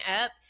up